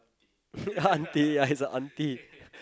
ya aunty ya it's a aunty